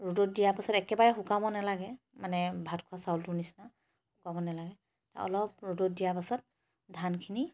ৰ'দত দিয়া পাছত একেবাৰে শুকাব নালাগে মানে ভাত খোৱা চাউলটো নিচিনা শুকোৱাব নালাগে অলপ ৰ'দত দিয়া পাছত ধানখিনি